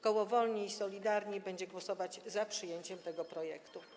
Koło Wolni i Solidarni będzie głosować za przyjęciem tego projektu.